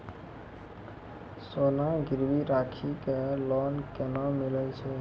सोना गिरवी राखी कऽ लोन केना मिलै छै?